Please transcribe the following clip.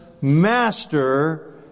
Master